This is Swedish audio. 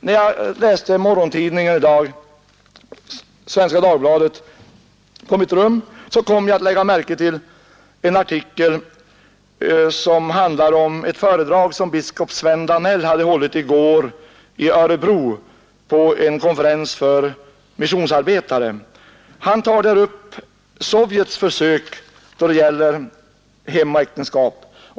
När jag på morgonen i dag läste Svenska Dagbladet på mitt rum kom jag att lägga märke till en artikel som handlar om ett föredrag som biskop Sven Danell hade hållit i går i Örebro på en konferens för missionsarbetare. Han tog där upp Sovjets försök då det gäller hem och äktenskap.